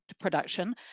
production